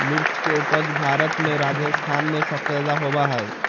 मिर्च के उपज भारत में राजस्थान में सबसे ज्यादा होबा हई